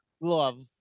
Love